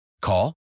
Call